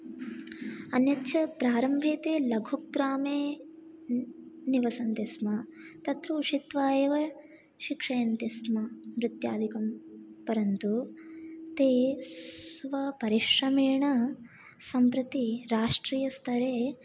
अन्य च प्रारम्भे ते लघुग्रामे निवसन्ति स्म तत्र उषित्वा एव शिक्षयन्ति स्म नृत्यादिकम् परन्तु ते स्वपरिश्रमेण सम्प्रति राष्ट्रीयस्तरे